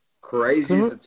Crazy